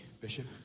Bishop